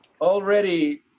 already